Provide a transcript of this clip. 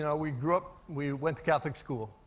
you know we grew up, we went to catholic school.